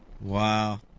wow